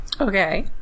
Okay